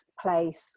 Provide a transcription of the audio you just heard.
place